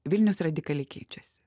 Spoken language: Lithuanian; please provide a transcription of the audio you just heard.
vilniaus radikaliai keičiasi